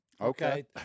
Okay